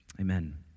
Amen